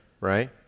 right